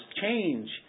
Change